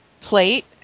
plate